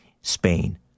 Spain